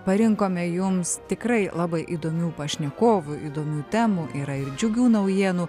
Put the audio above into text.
parinkome jums tikrai labai įdomių pašnekovų įdomių temų yra ir džiugių naujienų